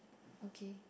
okay